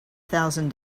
thousand